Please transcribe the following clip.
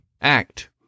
act